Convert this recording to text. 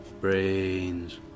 Brains